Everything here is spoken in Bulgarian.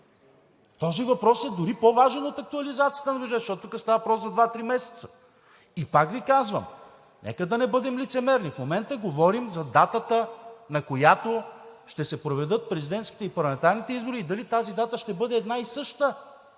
Този въпрос е дори по-важен от актуализацията на бюджета, защото тук става дума за два-три месеца! И пак Ви казвам, нека да не бъдем лицемерни. В момента говорим за датата, на която ще се проведат президентските и парламентарните избори и дали тази дата ще бъде една и съща!